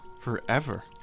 Forever